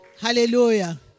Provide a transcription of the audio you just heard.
Hallelujah